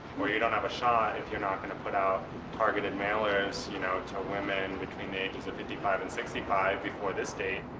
or you don't have a shot if you're not gonna put out targeted mailers, you know, to women between the ages of fifty five and sixty five before this date.